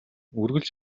үргэлж